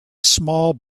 small